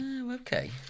Okay